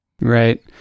right